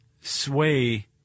sway